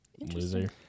Interesting